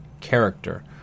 character